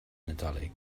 nadolig